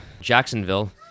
Jacksonville